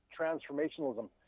transformationalism